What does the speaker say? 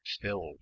filled